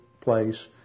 place